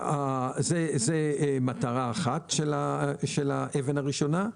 זאת מטרה אחת של האבן הראשונה.